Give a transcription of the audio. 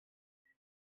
c’est